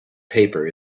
paper